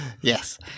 Yes